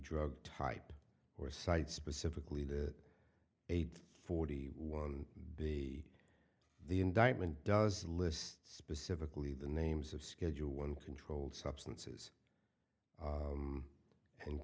drug type or cite specifically that eighth forty one b the indictment does list specifically the names of schedule one controlled substances